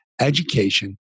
education